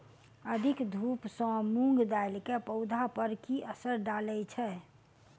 अधिक धूप सँ मूंग दालि केँ पौधा पर की असर डालय छै?